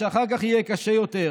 שאחר כך יהיה קשה יותר.